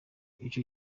ico